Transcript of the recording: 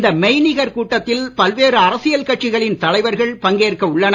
இந்த மெய்நிகர் கூட்டத்தில் பல்வேறு அரசியல் கட்சிகளின் தலைவர்கள் பங்கேற்க உள்ளனர்